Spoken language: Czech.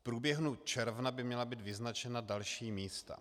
V průběhu června by měla být vyznačena další místa.